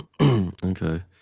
Okay